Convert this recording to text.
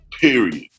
period